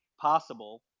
possible